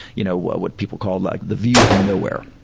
you know what what people call like the view from nowhere.